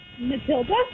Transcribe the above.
Matilda